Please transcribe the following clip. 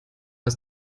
als